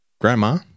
Grandma